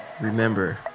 remember